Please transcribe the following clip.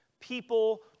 People